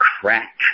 crack